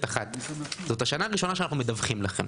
אחת: זאת השנה הראשונה שאנחנו מדווחים לכם.